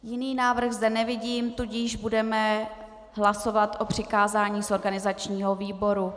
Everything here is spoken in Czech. Jiný návrh zde nevidím, tudíž budeme hlasovat o přikázání z organizačního výboru.